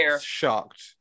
shocked